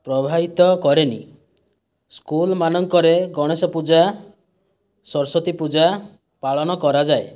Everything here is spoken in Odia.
ପ୍ରଭାବିତ କରେନି ସ୍କୁଲମାନଙ୍କରେ ଗଣେଶ ପୂଜା ସରସ୍ଵତୀ ପୂଜା ପାଳନ କରାଯାଏ